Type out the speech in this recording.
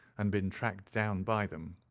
and been tracked down by them.